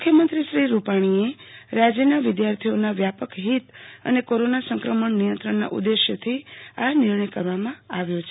મુખ્યમંત્રી શ્રી વિજય રૂપાણીએ વિધાર્થીઓના વ્યાપક હિત અને કોરોના સંક્રમણ નિયંત્રણના ઉદેશથી આ નિર્ણય કરવામાં આવ્યો છે